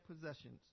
possessions